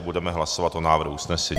Budeme hlasovat o návrhu usnesení.